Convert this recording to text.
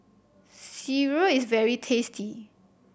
sireh is very tasty